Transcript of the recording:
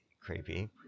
Creepy